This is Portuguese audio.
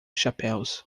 chapéus